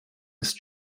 ist